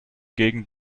gegen